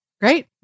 Great